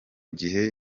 gihe